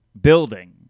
building